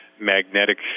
Magnetic